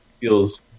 feels